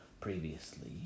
previously